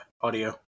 audio